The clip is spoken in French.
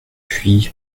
puis